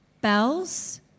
Bells